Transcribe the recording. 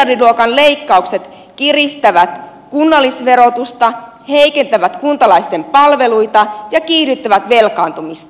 miljardiluokan leikkaukset kiristävät kunnallisverotusta heikentävät kuntalaisten palveluita ja kiihdyttävät velkaantumista